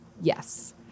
Yes